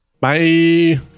Bye